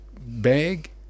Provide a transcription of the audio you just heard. bag